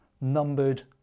numbered